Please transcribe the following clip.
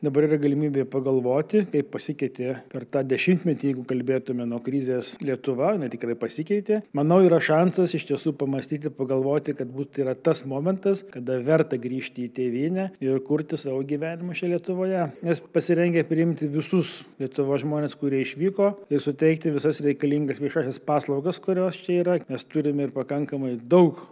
dabar yra galimybė pagalvoti kaip pasikeitė per tą dešimtmetį jeigu kalbėtume nuo krizės lietuva jinai tikrai pasikeitė manau yra šansas iš tiesų pamąstyti ir pagalvoti kad būt yra tas momentas kada verta grįžt į tėvynę ir kurti savo gyvenimą čia lietuvoje mes pasirengę priimti visus lietuvos žmones kurie išvyko ir suteikti visas reikalingas viešąsias paslaugas kurios čia yra mes turim ir pakankamai daug